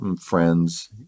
friends